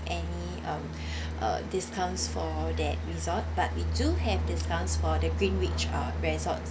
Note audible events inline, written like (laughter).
any um (breath) uh discounts for that resort but we do have discounts for the greenwich uh resort